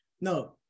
no